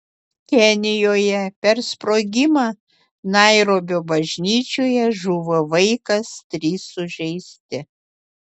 kenijoje per sprogimą nairobio bažnyčioje žuvo vaikas trys sužeisti